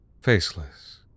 faceless